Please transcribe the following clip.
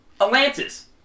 Atlantis